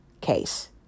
case